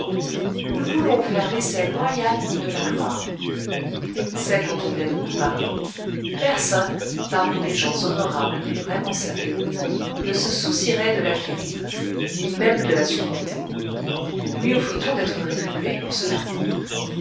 nous voulons faire l'essai loyal de la gloire celle dont on vient de nous parler personne parmi les gens honorables et vraiment sérieux ne se soucierait de l'acquérir ni même de la supporter lui offrît on d'être rétribué pour cela